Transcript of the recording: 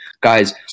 guys